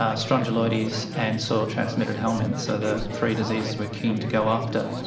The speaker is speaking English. ah strongyloides and soil-transmitted helminth. so the three diseases we're keen to go after.